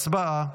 הצבעה.